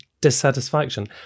dissatisfaction